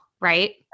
Right